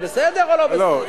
זה בסדר או לא בסדר?